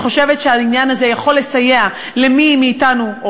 אני חושבת שזה יכול לסייע למי מאתנו,